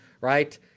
Right